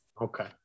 Okay